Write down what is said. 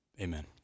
Amen